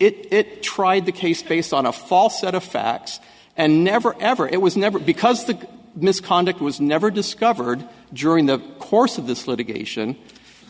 it tried the case based on a false set of facts and never ever it was never because the misconduct was never discovered during the course of this litigation